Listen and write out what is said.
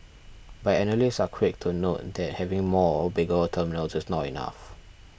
but analysts are quick to note that having more or bigger terminals is not enough